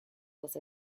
was